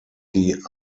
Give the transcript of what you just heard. die